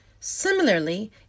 Similarly